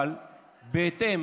אבל בהתאם